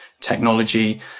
technology